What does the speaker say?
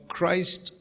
Christ